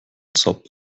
zob